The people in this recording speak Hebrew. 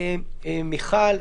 מיכל,